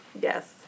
Yes